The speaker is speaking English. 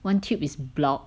one tube is blocked